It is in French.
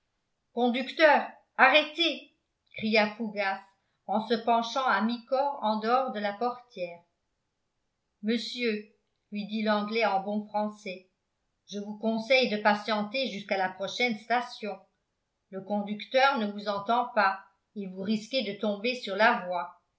conducteur arrêtez cria fougas en se penchant à mi-corps en dehors de la portière monsieur lui dit l'anglais en bon français je vous conseille de patienter jusqu'à la prochaine station le conducteur ne vous entend pas et vous risquez de tomber sur la voie